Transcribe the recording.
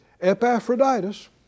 Epaphroditus